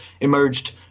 emerged